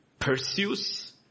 pursues